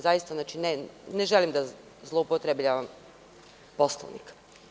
Zaista, ne želim da zloupotrebljavam Poslovnik.